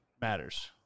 matters